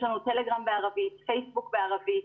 יש לנו טלגרם בערבית, פייסבוק בערבית.